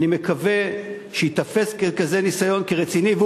אני מקווה שייתפס כניסיון רציני,